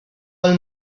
all